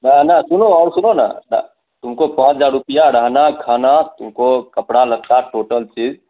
ना ना सुनो और सुनो न द तुमको पाँच हजार रुपया रहना खाना तुमको कपड़ा लत्ता टोटल चीज